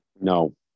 No